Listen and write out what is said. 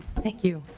thank you.